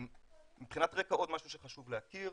מבחינת רקע עוד משהו שחשוב להכיר,